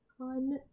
on